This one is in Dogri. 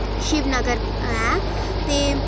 शिवनगर ऐ आं ते